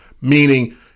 meaning